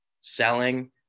selling